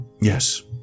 Yes